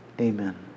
Amen